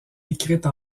écrite